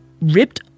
ripped